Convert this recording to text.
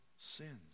sins